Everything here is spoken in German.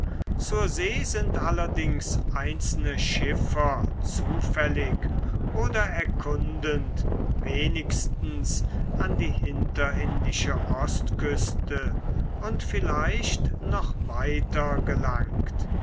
zur see sind allerdings einzelne schiffer zufällig oder erkundend wenigstens an die hinterindische ostküste und vielleicht noch weiter gelangt